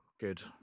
good